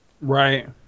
Right